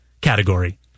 category